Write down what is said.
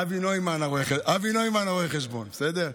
אבי נוימן רואה החשבון, בסדר?